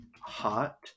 hot